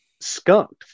skunked